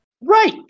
Right